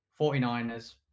49ers